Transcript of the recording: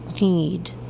need